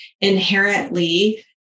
inherently